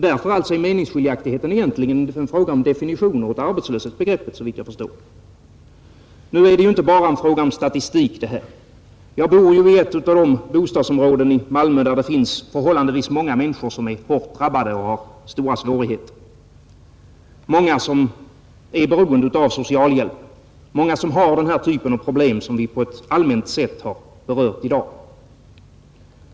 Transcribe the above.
Därför är meningsskiljaktigheten egentligen en fråga om definitioner av arbetslöshetsbegreppet, såvitt jag förstår. Nu är det här inte bara en fråga om statistik. Jag bor i ett av de bostadsområden i Malmö där det finns förhållandevis många människor som är hårt drabbade och har stora svårigheter, många som är beroende av socialhjälp, många som har den typ av problem som vi på ett allmänt sätt har berört i dag.